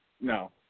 no